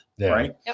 Right